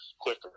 quicker